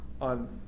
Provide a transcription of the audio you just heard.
on